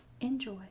enjoy